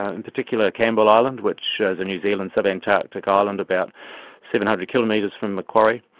ah in particular campbell island which is a new zealand sub-antarctic island about seven hundred kilometres from macquarie,